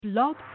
Blog